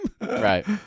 Right